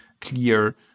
clear